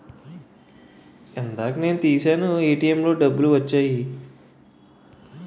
ఇందాక నేను తీశాను ఏటీఎంలో డబ్బులు వచ్చాయి